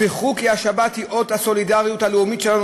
זכרו כי השבת היא אות הסולידריות הלאומית שלנו,